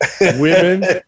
women